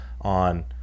on